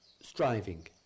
striving